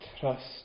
trust